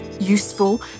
useful